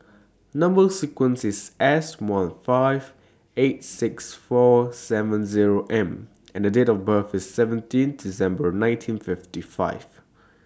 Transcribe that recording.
Number sequence IS S one five eight six four seven Zero M and Date of birth IS seventeen December nineteen fifty five